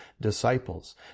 disciples